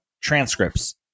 transcripts